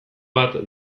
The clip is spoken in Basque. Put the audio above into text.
bat